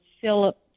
Philip